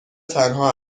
تنها